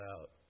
out